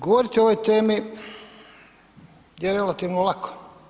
Govoriti o ovoj temi je relativno lako.